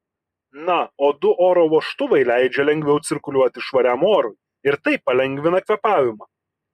na o du oro vožtuvai leidžia lengviau cirkuliuoti švariam orui ir taip palengvina kvėpavimą